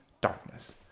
darkness